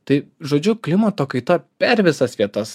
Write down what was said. tai žodžiu klimato kaita per visas vietas